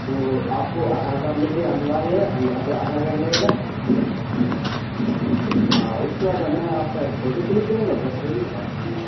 تو آپ کو آدھار کارڈ لے کے آنیواریہ ہے آدھار کارڈ لگے گا اس کے بعد میں آپ کا ایک فوٹو کلک کروں گا بس وہی اور کچھ نہیں